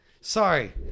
Sorry